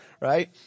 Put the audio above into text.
right